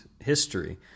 history